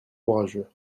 orageux